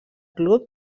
club